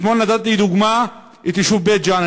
אתמול נתתי כדוגמה את היישוב בית-ג'ן.